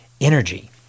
energy